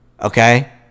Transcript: okay